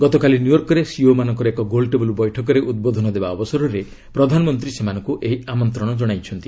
ଗତକାଲି ନ୍ୟୟର୍କରେ ସିଇଓମାନଙ୍କର ଏକ ଗୋଲଟେବଲ୍ ବୈଠକରେ ଉଦ୍ବୋଧନ ଦେବା ଅବସରରେ ପ୍ରଧାନମନ୍ତ୍ରୀ ସେମାନଙ୍କ ଏହି ଆମନ୍ତ୍ରଣ ଜଣାଇଛନ୍ତି